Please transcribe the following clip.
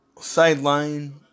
sideline